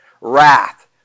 wrath